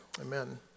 amen